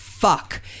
fuck